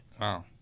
Wow